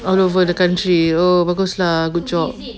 all over the country oh bagus lah good job